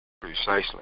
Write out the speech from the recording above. Precisely